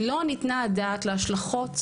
לא ניתנה הדעת להשלכות